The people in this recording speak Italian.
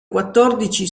quattordici